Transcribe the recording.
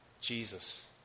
Jesus